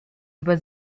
über